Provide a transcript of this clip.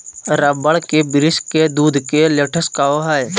rubber के वृक्ष के दूध के लेटेक्स कहो हइ